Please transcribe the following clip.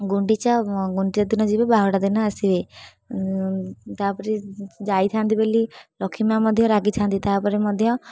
ଗୁଣ୍ଡିଚା ଗୁଣ୍ଡିଚା ଦିନ ଯିବେ ବାହୁଡ଼ା ଦିନ ଆସିବେ ତା'ପରେ ଯାଇଥାନ୍ତି ବେଲି ଲକ୍ଷ୍ମୀ ମା ମଧ୍ୟ ରାଗିଛାନ୍ତି ତା'ପରେ ମଧ୍ୟ